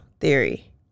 theory